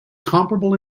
comparable